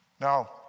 Now